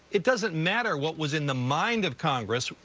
it doesn't matter what was in the mind of congress.